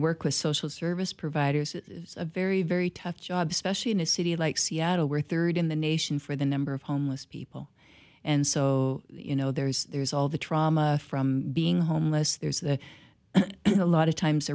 work with social service providers is a very very tough job specially in a city like seattle where third in the nation for the number of homeless people and so you know there's there's all the trauma from being homeless there's a lot of times